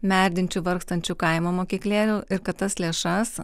merdinčių vargstančių kaimo mokyklėlių ir kad tas lėšas